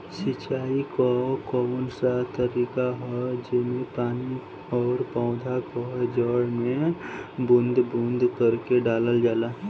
सिंचाई क कउन सा तरीका ह जेम्मे पानी और पौधा क जड़ में बूंद बूंद करके डालल जाला?